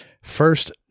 First